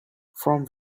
from